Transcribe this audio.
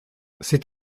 c’est